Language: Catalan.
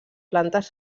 plantes